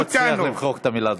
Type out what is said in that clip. לא תצליח למחוק את המילה דרוזי.